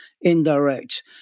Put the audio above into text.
indirect